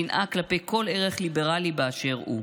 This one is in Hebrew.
שנאה כלפי כל ערך ליברלי באשר הוא.